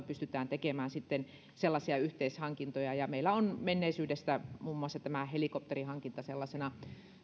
pystytään tekemään sitten sellaisia yhteishankintoja meillä on menneisyydestä muun muassa tämä helikopterihankinta sellaisena